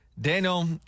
Daniel